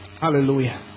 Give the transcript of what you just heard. Hallelujah